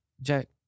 Jack